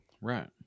Right